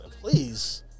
Please